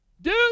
Dude